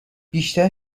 بیشتر